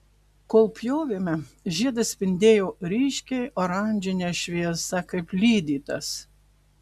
kol pjovėme žiedas spindėjo ryškiai oranžine šviesa kaip lydytas